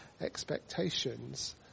expectations